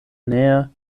nähe